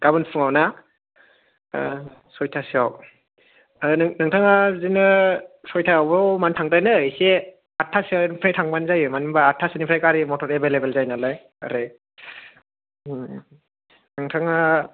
गाबोन फुङाव ना सयटासोयाव नोंथाङा बिदिनो सयटायावबो मानो थांद्रायनो एसे आतटा सोनिफ्राय थांबानो जायो मानोबा आतथा सोनिफ्राय गारि मटर एबेलेबेल जायो नालाय ओरै नोंथाङा